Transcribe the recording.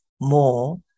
more